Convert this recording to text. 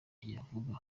yavugaga